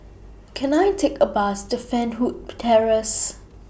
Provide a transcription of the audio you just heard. Can I Take A Bus to Fernwood Terrace